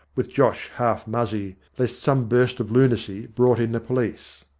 with josh half muzzy, lest some burst of lunacy brought in the police.